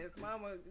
mama